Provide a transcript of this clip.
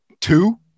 two